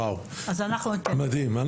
מדהים.